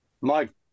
Mike